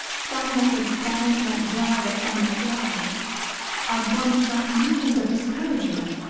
some that would stand let drive at some that fly our drums strike nothing but discouragement,